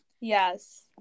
yes